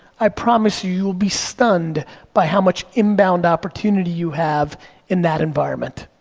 i promise you, you'll be stunned by how much inbound opportunity you have in that environment.